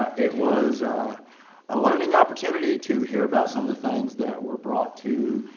it was a learning opportunity to hear about some of the things that were brought to